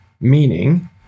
Meaning